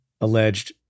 alleged